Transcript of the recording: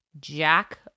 Jack